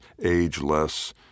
ageless